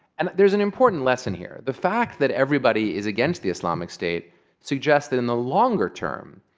and there's an important lesson here. the fact that everybody is against the islamic state suggests that in the longer term,